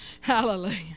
Hallelujah